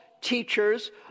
teachers